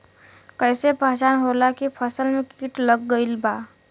कैसे पहचान होला की फसल में कीट लग गईल बा?